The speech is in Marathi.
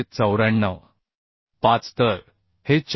5 तर हे 4941